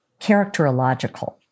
characterological